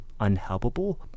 unhelpable